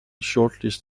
shortlist